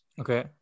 Okay